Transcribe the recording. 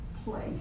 place